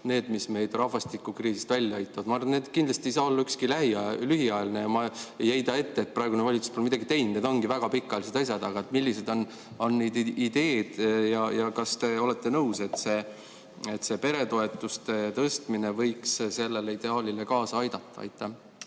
need, mis meid rahvastikukriisist välja aitavad? Ma arvan, et need kindlasti ei saa olla ükski lühiajaline, ja ma ei heida ette, et praegune valitsus pole midagi teinud. Need ongi väga pikaajalised asjad. Aga millised on need ideed? Ja kas te olete nõus, et see peretoetuste tõstmine võiks sellele ideaalile kaasa aidata? Aitäh,